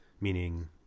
meaning